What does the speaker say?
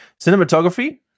cinematography